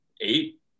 eight